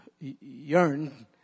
yearn